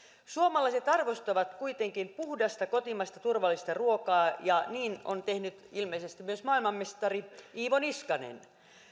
suomalaiset arvostavat kuitenkin puhdasta kotimaista turvallista ruokaa ja niin on tehnyt ilmeisesti myös maailmanmestari iivo niskanen